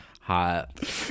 Hot